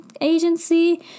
agency